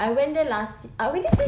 I went there last I went there